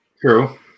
True